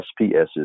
SPSs